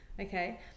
okay